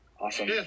Awesome